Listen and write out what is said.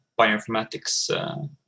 bioinformatics